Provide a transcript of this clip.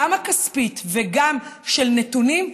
גם הכספית וגם של הנתונים,